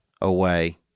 away